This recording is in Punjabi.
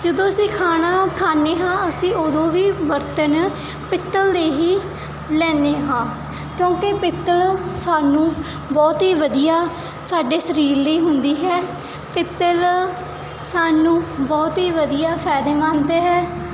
ਜਦੋਂ ਅਸੀਂ ਖਾਣਾ ਖਾਂਦੇ ਹਾਂ ਅਸੀਂ ਉਦੋਂ ਵੀ ਬਰਤਨ ਪਿੱਤਲ ਦੇ ਹੀ ਲੈਂਦੇ ਹਾਂ ਕਿਉਂਕਿ ਪਿੱਤਲ ਸਾਨੂੰ ਬਹੁਤ ਹੀ ਵਧੀਆ ਸਾਡੇ ਸਰੀਰ ਲਈ ਹੁੰਦੀ ਹੈ ਪਿੱਤਲ ਸਾਨੂੰ ਬਹੁਤ ਹੀ ਵਧੀਆ ਫਾਇਦੇਮੰਦ ਹੈ